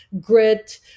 grit